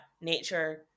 nature